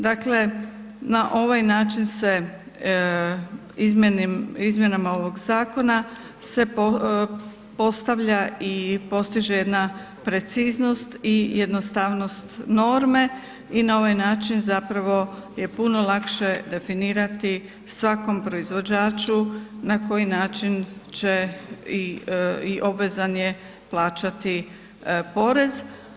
Dakle, na ovaj način se izmjenama ovog zakona se postavlja i postiže jedna preciznost i jednostavnost norme i na ovaj način zapravo je puno lakše definirati svakom proizvođaču na koji način će i obvezan je plaćat porez.